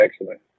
excellent